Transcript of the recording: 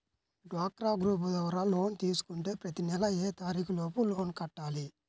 డ్వాక్రా గ్రూప్ ద్వారా లోన్ తీసుకుంటే ప్రతి నెల ఏ తారీకు లోపు లోన్ కట్టాలి?